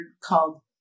called